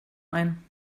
ein